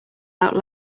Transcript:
out